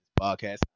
podcast